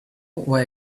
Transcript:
why